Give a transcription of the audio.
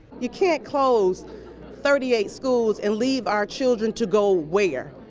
you can't close thirty eight schools and leave our children to go where?